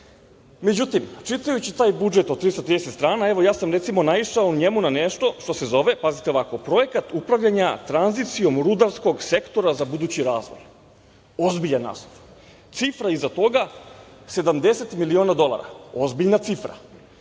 samom.Međutim, čitajući taj budžet od 330 strana, evo, ja sam, recimo, naišao u njemu na nešto što se zove, pazite ovako, Projekat upravljanja tranzicijom rudarskog sektora za budući razvoj, ozbiljan naslov. Cifra iza toga – 70 miliona dolara, ozbiljna cifra.